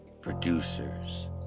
Producers